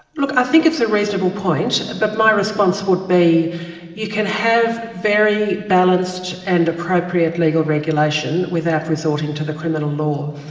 like i think it's a reasonable point, and but my response would be you can have a very balanced and appropriate legal regulation without resorting to the criminal law.